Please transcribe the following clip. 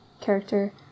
character